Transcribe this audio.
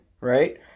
right